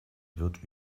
wird